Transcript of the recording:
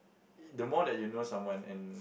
the more that you know someone and